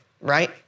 right